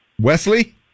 Wesley